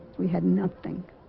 we had nothing